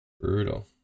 Brutal